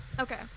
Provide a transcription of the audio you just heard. Okay